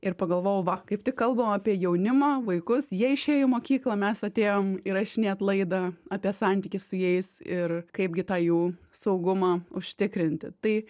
ir pagalvojau va kaip tik kalbam apie jaunimą vaikus jie išėjo į mokyklą mes atėjom įrašinėt laidą apie santykį su jais ir kaipgi tą jų saugumą užtikrinti tai